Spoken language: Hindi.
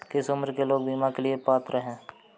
किस उम्र के लोग बीमा के लिए पात्र हैं?